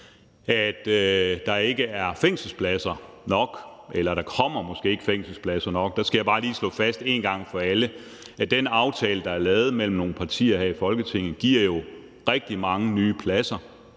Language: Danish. at der ikke er fængselspladser nok, eller at der måske ikke kommer til at være fængselspladser nok. Og der skal jeg bare lige slå fast en gang for alle, at den aftale, der er lavet mellem nogle partier her i Folketinget, jo giver rigtig mange nye pladser.